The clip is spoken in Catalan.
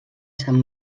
sant